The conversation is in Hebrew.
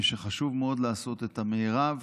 וחשוב מאוד לעשות את המרב.